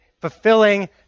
fulfilling